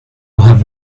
have